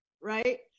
Right